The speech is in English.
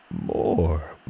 more